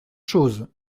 chose